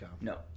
No